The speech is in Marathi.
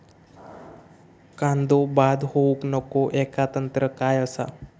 कांदो बाद होऊक नको ह्याका तंत्र काय असा?